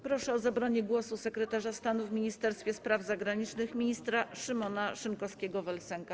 Proszę o zabranie głosu sekretarza stanu w Ministerstwie Spraw Zagranicznych ministra Szymona Szynkowskiego vel Sęka.